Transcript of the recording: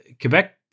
Quebec